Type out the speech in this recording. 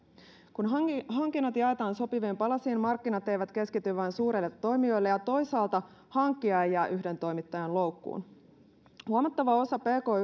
kun hankinnat jaetaan sopiviin palasiin markkinat eivät keskity vain suurille toimijoille ja toisaalta hankkija ei jää yhden toimittajan loukkuun huomattava osa pk